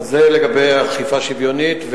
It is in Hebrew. זה לגבי אכיפה שוויונית.